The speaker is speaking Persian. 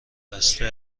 بسته